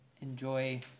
enjoy